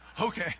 Okay